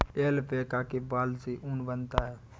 alpaca के बाल से ऊन बनता है